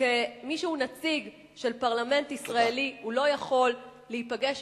שמי שהוא נציג של פרלמנט ישראלי לא יכול להיפגש